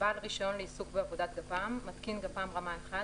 "בעל רישיון לעיסוק בעבודת גפ"מ" מתקין גפ"מ רמה 1,